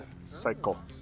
Cycle